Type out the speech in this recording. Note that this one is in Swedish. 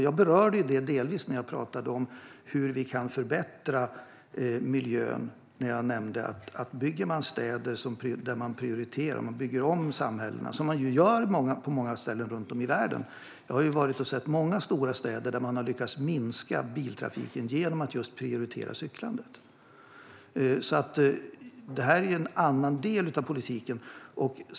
Jag berörde det delvis när jag talade om hur vi kan förbättra miljön och nämnde att man bygger städer där man prioriterar cykling och att man bygger om samhällen. Det gör man på många ställen runt om i världen; jag har varit och sett många stora städer där man har lyckats minska biltrafiken just genom att prioritera cyklandet. Men detta är en annan del av politiken.